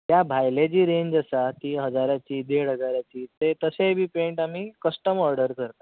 त्या भायली जी रेंज आसा ती हजाराची देड हजाराची तें तशें बी पेंट आमी कस्टम ऑर्डर करतात